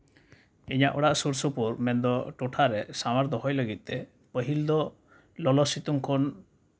ᱤᱧᱟᱹᱜ ᱚᱲᱟᱜ ᱥᱩᱨᱼᱥᱩᱯᱩᱨ ᱢᱮᱱᱫᱚ ᱴᱚᱴᱷᱟ ᱨᱮ ᱥᱟᱶᱟᱨ ᱫᱚᱦᱚᱭ ᱞᱟᱹᱜᱤᱫ ᱛᱮ ᱯᱟᱹᱦᱤᱞ ᱫᱚ ᱞᱚᱞᱚ ᱥᱤᱛᱩᱝ ᱠᱷᱚᱱ